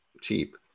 cheap